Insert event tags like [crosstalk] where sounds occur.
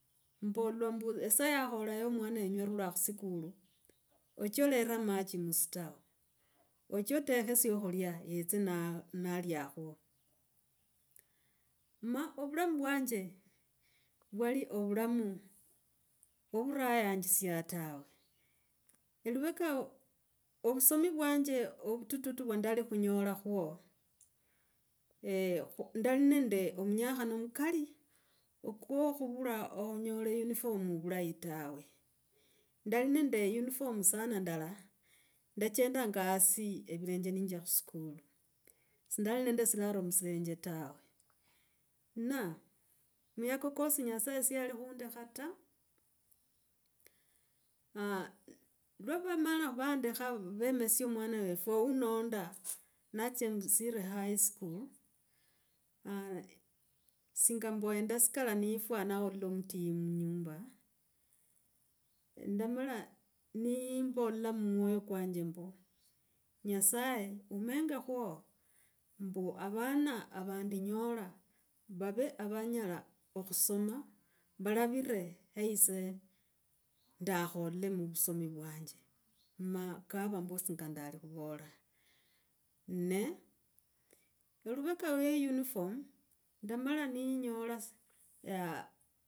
Mbolwa mbu esaa yakhola yenyu arula khusikulu, oche olere amatsi musitawa oohe otekhe syakhulya yotse naliakho. Ma ovulamu uwanje, vwali ovulamu ovura yanjisia tawe. Eluveka ooh, ovusomi uwanje ovutututu vwa ndali khunyola khwo, [hesitation] ndali nende omunyakhani mukali, kwo khuvurra uniform vulayi tawe. Ndali nende uniform sana nala, ndachendanga hasi ovirenje nenzya khusukulu sindali nende silaro musilenje tawe. Na muyako kosi nyasaye siyali khundekha ta, aah lwa vamala vandakha vemesya mwana wefwe unonda natsia musire highchool aah singa mbwondasikala olwo mutii munyumba, ndamala niimbola mumwoyo kwanje mbu. Nyasaye ombengokho mbu avana vandinyola vave avanyala akhusoma vavire we ise ndakhoole muvosome uwanje. Ma kavakosi ka ndali khuvala. Ne eluveka vwe uniform ndamala ninyala. [hesitation]